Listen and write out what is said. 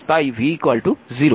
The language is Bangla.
তাই v 0